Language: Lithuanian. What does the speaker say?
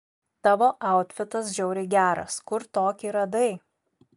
tavo autfitas žiauriai geras kur tokį radai